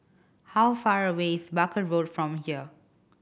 how far away is Barker Road from here